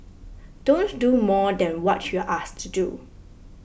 don't do more than what you're asked to do